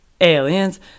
Aliens